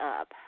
up